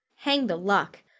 hang the luck!